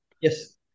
Yes